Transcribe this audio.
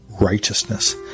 righteousness